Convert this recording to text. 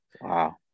Wow